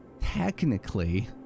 technically